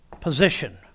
position